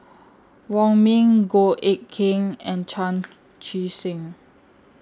Wong Ming Goh Eck Kheng and Chan Chee Seng